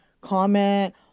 comment